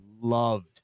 loved